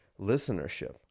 listenership